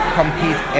compete